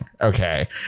okay